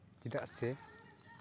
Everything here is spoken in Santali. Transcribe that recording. ᱪᱮᱫᱟᱜ ᱥᱮ